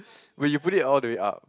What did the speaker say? wait you put it all the way up